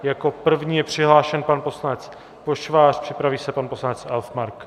Jako první je přihlášen pan poslanec Pošvář, připraví se pan poslanec Elfmark.